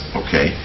okay